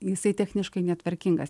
jisai techniškai netvarkingas